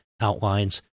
outlines